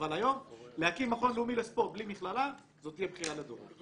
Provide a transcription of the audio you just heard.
אבל היום להקים מכון לאומי לספורט בלי מכללה זאת תהיה בכייה לדורות.